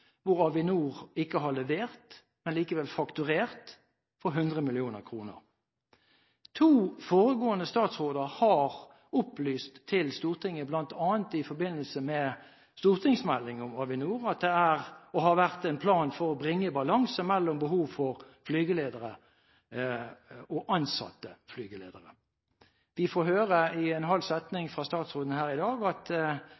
hvor Avinor ikke har levert, men likevel fakturert for 100 mill. kr. To foregående statsråder har opplyst til Stortinget, bl.a. i forbindelse med stortingsmelding om Avinor, at det er og har vært en plan for å bringe balanse mellom behov for flygeledere og ansatte flygeledere. Vi får høre i en halv